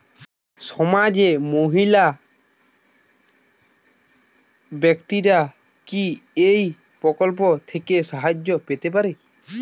সমাজের মহিলা ব্যাক্তিরা কি এই প্রকল্প থেকে সাহায্য পেতে পারেন?